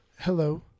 Hello